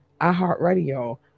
iHeartRadio